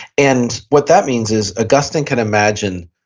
and what that means is augustine can imagine